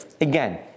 Again